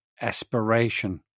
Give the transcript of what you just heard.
aspiration